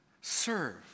Serve